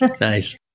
Nice